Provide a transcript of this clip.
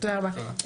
(היו"ר מירב בן ארי) תודה רבה,